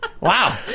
Wow